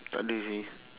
takda seh